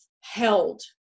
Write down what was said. held